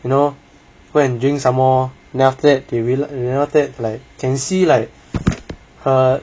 you know go and drink somemore then after that they rea~ you know after that like can see like her